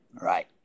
Right